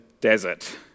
desert